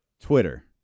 Twitter